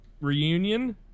Reunion